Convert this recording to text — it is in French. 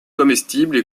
comestibles